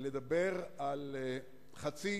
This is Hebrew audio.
לדבר על חצי